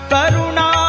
Karuna